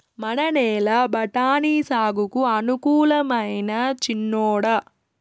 మన నేల బఠాని సాగుకు అనుకూలమైనా చిన్నోడా